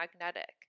magnetic